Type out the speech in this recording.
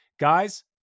Guys